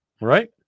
Right